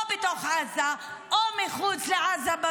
או בתוך עזה או מחוץ לעזה,